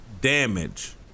damage